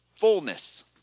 fullness